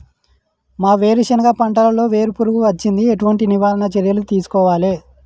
మా వేరుశెనగ పంటలలో వేరు పురుగు వచ్చింది? ఎటువంటి నివారణ చర్యలు తీసుకోవాలే?